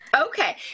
Okay